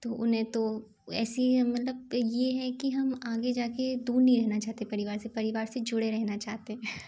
तो उन्हें तो ऐसे ही है मतलब ये है कि हम आगे जा के दूर नहीं रहना चाहते परिवार से परिवार से जुड़े रहेना चाहते हैं